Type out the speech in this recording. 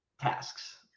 tasks